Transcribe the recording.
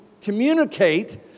communicate